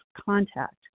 contact